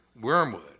Wormwood